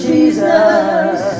Jesus